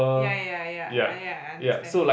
ya ya ya ah ya I understand